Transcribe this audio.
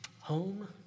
Home